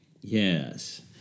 Yes